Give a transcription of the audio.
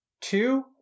two